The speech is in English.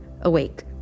awake